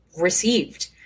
received